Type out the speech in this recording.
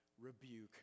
rebuke